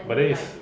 but then is